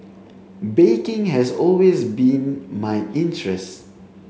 baking has always been my interest